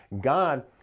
God